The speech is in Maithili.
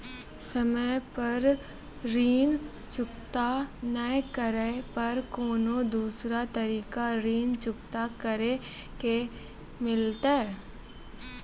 समय पर ऋण चुकता नै करे पर कोनो दूसरा तरीका ऋण चुकता करे के मिलतै?